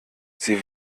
sie